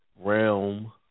realm